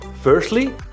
Firstly